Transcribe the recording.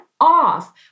off